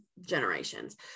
generations